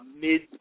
mid